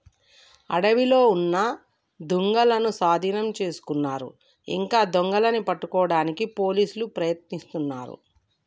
అడవిలో ఉన్న దుంగలనూ సాధీనం చేసుకున్నారు ఇంకా దొంగలని పట్టుకోడానికి పోలీసులు ప్రయత్నిస్తున్నారు